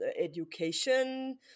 education